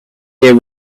year